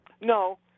No